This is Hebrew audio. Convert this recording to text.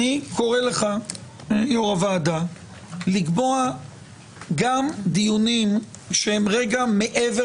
אני קורא לך יו"ר הוועדה לקבוע גם דיונים שהם רגע מעבר